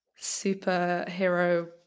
superhero